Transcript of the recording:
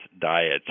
diet